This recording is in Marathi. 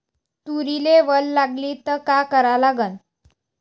तुरीले वल लागली त का करा लागन?